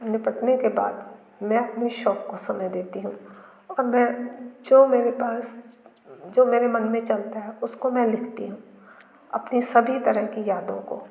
निपटने के बाद मैं अपने शौक़ को समय देती हूँ और मैं जो मेरे पास जो मेरे मन में चलता है उसको मैं लिखती हूँ अपनी सभी तरह की यादों को